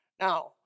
Now